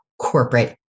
corporate